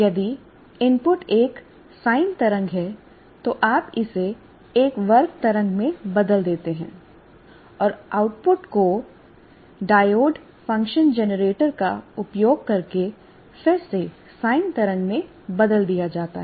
यदि इनपुट एक साइन तरंग है तो आप इसे एक वर्ग तरंग में बदल देते हैं और आउटपुट को डायोड फंक्शन जनरेटर का उपयोग करके फिर से साइन तरंग में बदल दिया जाता है